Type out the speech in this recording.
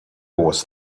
was